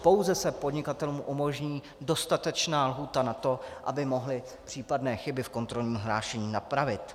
Pouze se podnikatelům umožní dostatečná lhůta na to, aby mohli případné chyby v kontrolním hlášení napravit.